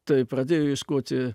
tai pradėjau ieškoti